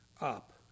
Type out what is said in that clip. up